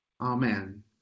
Amen